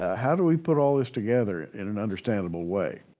ah how do we put all this together in an understandable way?